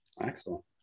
Excellent